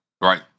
Right